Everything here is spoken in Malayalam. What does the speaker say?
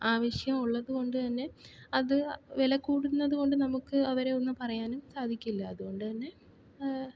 ആവശ്യം ഉള്ളതുകൊണ്ട് തന്നെ അത് വില കൂടുന്നത് കൊണ്ട് നമുക്ക് അവരെ ഒന്നും പറയാനും സാധിക്കില്ല അതുകൊണ്ട് തന്നെ